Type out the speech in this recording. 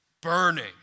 burning